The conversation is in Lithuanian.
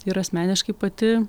ir asmeniškai pati